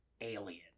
alien